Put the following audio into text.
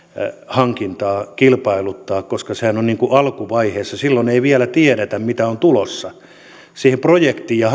hankintaa kilpailuttaa koska sehän on alkuvaiheessa silloin ei vielä tiedetä mitä on tulossa siihen projektiin ja